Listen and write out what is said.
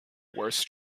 worst